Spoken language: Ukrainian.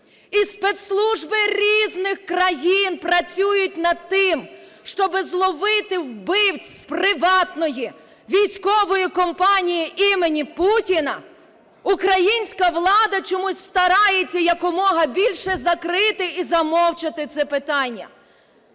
і спецслужби різних країн працюють над тим, щоб зловити вбивць з приватної військової компанії імені Путіна, українська влада чомусь старається якомога більше закрити і замовчати це питання.